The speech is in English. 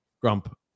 Grump